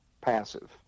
passive